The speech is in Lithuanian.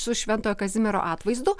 su šventojo kazimiero atvaizdu